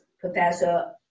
professor